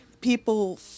people